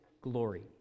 glory